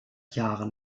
jahren